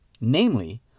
Namely